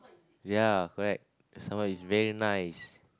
ya correct some more it's very nice